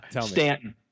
Stanton